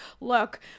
look